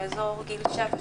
באזור גיל 7,